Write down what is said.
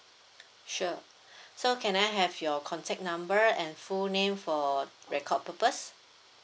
sure so can I have your contact number and full name for record purpose